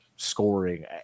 scoring